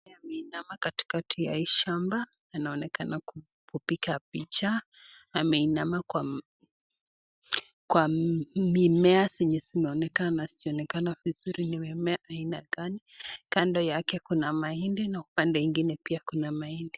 Ameinama katikati ya hii shamba. anaonekana kupiga picha ameinamwa kwa, kwa mimea zenye zinaonekana sioneakana vizuri ni mimmea aina gani. Kando yake kuna mahindi na upande ingine pia kuna mahindi.